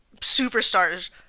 superstars